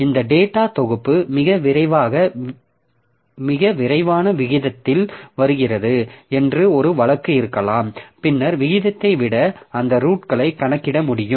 இந்த டேட்டா தொகுப்பு மிக விரைவான விகிதத்தில் வருகிறது என்று ஒரு வழக்கு இருக்கலாம் பின்னர் விகிதத்தை விட அந்த ரூட்களை கணக்கிட முடியும்